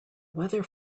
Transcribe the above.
weather